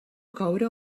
coure